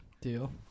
Deal